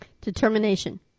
Determination